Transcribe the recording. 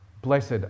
Blessed